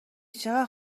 چقدر